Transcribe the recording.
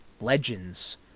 legends